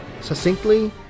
succinctly